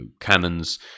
cannons